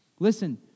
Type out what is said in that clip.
Listen